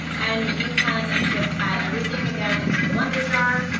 and you can just add everything, again, into the blender jar.